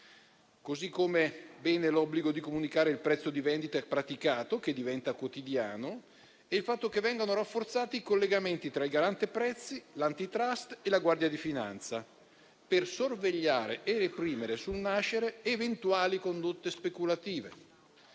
sono importanti l'obbligo di comunicare il prezzo di vendita e il prezzo praticato, che diventa quotidiano, e il fatto che vengano rafforzati i collegamenti tra il Garante prezzi, l'Antitrust e la Guardia di finanza, per sorvegliare e reprimere sul nascere eventuali condotte speculative.